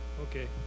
Okay